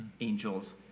angels